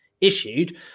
issued